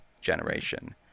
generation